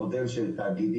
המודל של תאגידים,